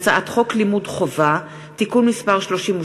הצעת חוק מתן קדימה